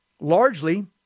Largely